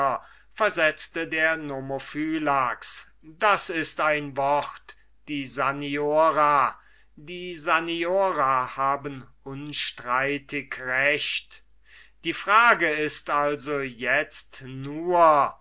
versetzte der nomophylax das ist ein wort die saniora die saniora haben ohnstreitig recht die frage ist also itzt nur